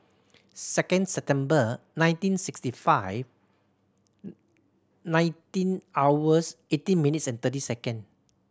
second September nineteen sixty five nineteen hours eighteen minutes and thirty second